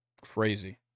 Crazy